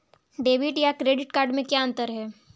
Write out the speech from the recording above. Debit या credit card में क्या अन्तर है?